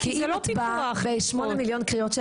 כי זה לא פיקוח --- כי אם את באה ב-8 מיליון קריאות של